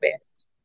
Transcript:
best